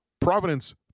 Providence